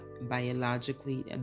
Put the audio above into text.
biologically